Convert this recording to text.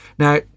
Now